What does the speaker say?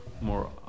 more